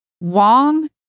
Wong